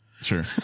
Sure